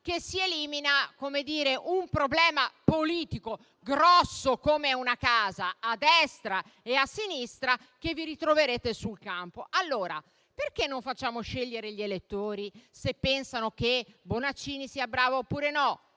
che si elimina un problema politico grosso come una casa, sia a destra che a sinistra, che vi ritroverete sul campo. Allora perché non facciamo scegliere gli elettori se pensano che Bonaccini sia bravo oppure no,